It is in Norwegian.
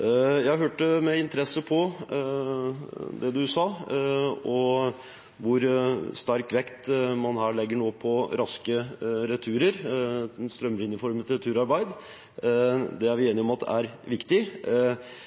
Jeg hørte med interesse på det statsråden sa, og på hvor stor vekt man nå legger på raske returer, et strømlinjeformet returarbeid. Det er vi enige om er viktig.